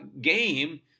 game